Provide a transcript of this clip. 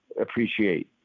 appreciate